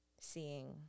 seeing